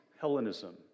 Hellenism